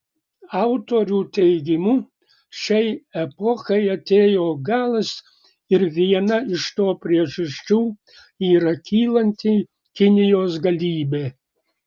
autorių teigimu šiai epochai atėjo galas ir viena iš to priežasčių yra kylanti kinijos galybė